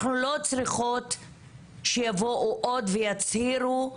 אנחנו לא צריכות שיבואו עוד ויצהירו,